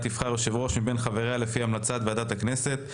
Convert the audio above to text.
תבחר יושב ראש מבין חבריה לפי המלצת ועדת הכנסת.